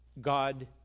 God